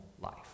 life